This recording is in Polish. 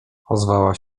ozwała